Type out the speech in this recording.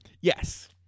Yes